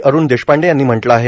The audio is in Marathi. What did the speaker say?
अरूण देशपांडे यांनी म्हटलं आहे